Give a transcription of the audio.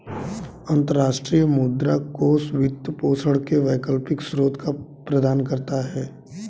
अंतर्राष्ट्रीय मुद्रा कोष वित्त पोषण के वैकल्पिक स्रोत प्रदान करता है